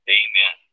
amen